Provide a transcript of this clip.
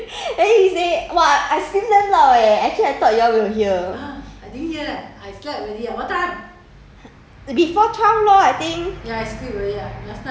ya then we scared I cannot sleep at night and then he say !wah! I scream damn loud leh actually I thought you all will hear